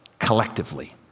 collectively